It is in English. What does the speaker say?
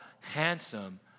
handsome